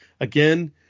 Again